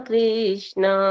Krishna